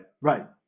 right